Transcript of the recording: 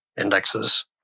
indexes